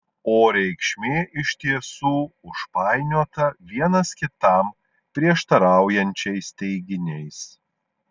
o reikšmė iš tiesų užpainiota vienas kitam prieštaraujančiais teiginiais